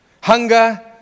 Hunger